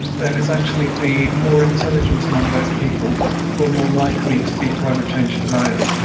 then it's actually the more intelligent among those people who are more likely to be climate change deniers.